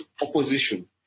opposition